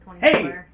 Hey